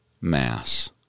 Mass